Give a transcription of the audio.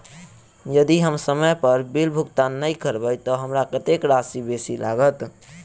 यदि हम समय पर बिल भुगतान नै करबै तऽ हमरा कत्तेक राशि बेसी लागत?